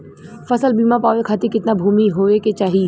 फ़सल बीमा पावे खाती कितना भूमि होवे के चाही?